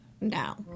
now